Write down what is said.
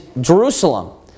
Jerusalem